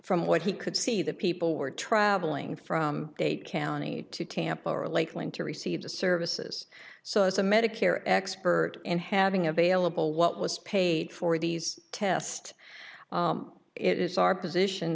from what he could see the people were traveling from dade county to tampa or lakeland to receive the services so as a medicare expert and having available what was paid for these test it is our position